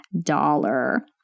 dollar